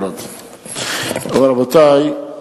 רבותי,